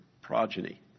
progeny